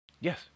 Yes